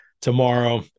tomorrow